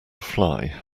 fly